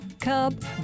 cub